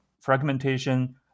fragmentation